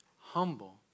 humble